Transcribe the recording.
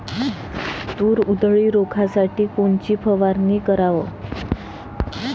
तूर उधळी रोखासाठी कोनची फवारनी कराव?